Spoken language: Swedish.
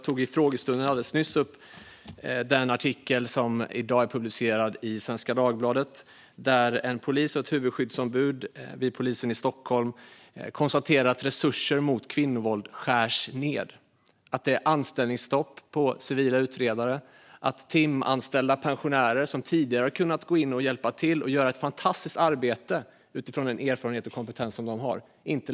I frågestunden alldeles nyss tog jag upp den artikel som i dag publicerades i Svenska Dagbladet där en polis och ett huvudskyddsombud vid polisen i Stockholm konstaterar att resurser för arbetet mot kvinnovåld skärs ned. Det är anställningsstopp för civila utredare. Man har inte längre råd att ta in timanställda pensionärer, som tidigare har kunnat gå in och hjälpa till och göra ett fantastiskt arbete utifrån den erfarenhet och kompetens de har.